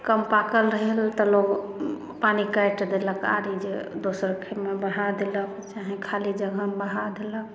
कम पाकल भेल तऽ लोग पानि काटि देलक आरी जे दोसर खेत मे बढ़ा देलक चाहे खाली जगहमे बहा देलक